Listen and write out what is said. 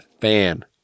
fan